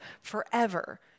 forever